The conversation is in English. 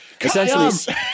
Essentially